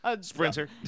sprinter